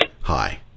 Hi